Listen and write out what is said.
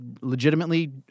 legitimately